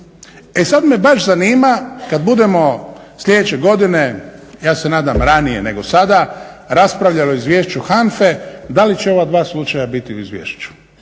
E sad me baš zanima kad budemo sljedeće godine ja se nadam ranije nego sada raspravljali o Izvješću HANFA-e da li će ova dva slučaja biti u izvješću